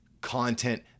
content